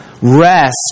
rest